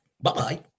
bye-bye